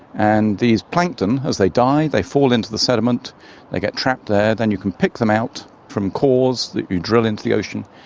and these plankton, as they die they fall into the sediment, they get trapped there, then you can pick them out from cores of that you drill into the ocean,